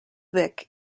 vic